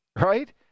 right